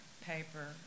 paper